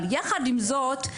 יחד עם זאת,